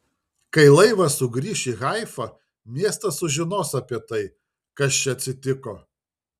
kai laivas sugrįš į haifą miestas sužinos apie tai kas čia atsitiko